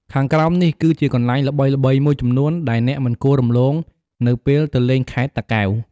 ខាងក្រោមនេះគឺជាកន្លែងល្បីៗមួយចំនួនដែលអ្នកមិនគួររំលងនៅពេលទៅលេងខេត្តតាកែវ៖